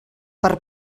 per